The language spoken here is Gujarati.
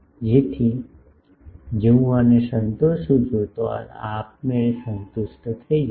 તેથી જો હું આને સંતોષું છું તો આ આપમેળે સંતુષ્ટ થઈ જશે